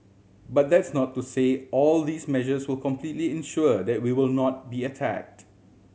but that's not to say all of these measures will completely ensure that we will not be attacked